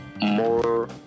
more